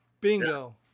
Bingo